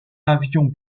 avion